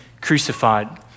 crucified